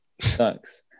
Sucks